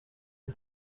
ari